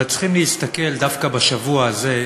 אבל צריכים להסתכל, דווקא בשבוע הזה,